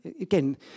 again